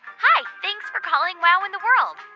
hi. thanks for calling wow in the world.